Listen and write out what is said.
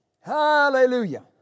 Hallelujah